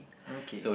okay